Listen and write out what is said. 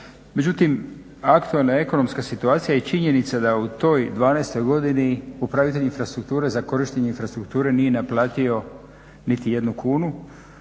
međutim aktualna ekonomska situacija i činjenica da u toj '12. godini upravitelj infrastrukture za korištenje infrastrukture nije naplatio niti jednu kunu